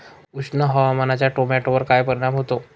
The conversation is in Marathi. उष्ण हवामानाचा टोमॅटोवर काय परिणाम होतो?